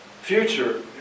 future